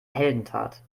heldentat